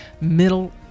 Middle